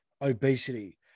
obesity